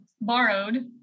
borrowed